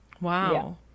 wow